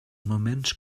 moments